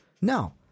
No